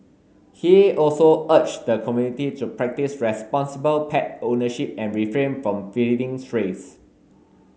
he also urged the community to practise responsible pet ownership and refrain from feeding strays